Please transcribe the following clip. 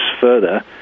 further